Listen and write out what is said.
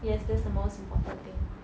yes that's the most important thing